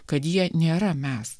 kad jie nėra mes